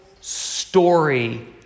story